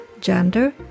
gender